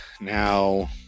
Now